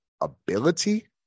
ability